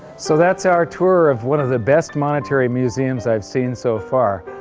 so that's our tour of one of the best monetary museums i've seen so far,